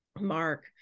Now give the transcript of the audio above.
Mark